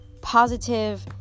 positive